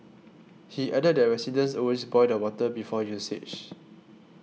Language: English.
he added that residents always boil the water before usage